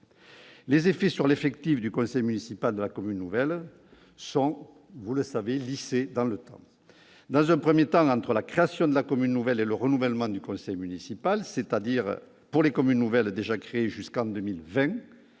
Les effets sur l'effectif du conseil municipal de la commune nouvelle sont lissés dans le temps. Dans un premier temps, entre la création de la commune nouvelle et le renouvellement du conseil municipal, c'est-à-dire, pour les communes nouvelles déjà créées, jusqu'en 2020,